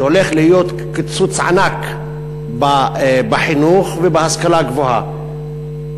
שהולך להיות קיצוץ ענק בחינוך ובהשכלה הגבוהה.